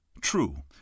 true